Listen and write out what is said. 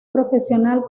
profesional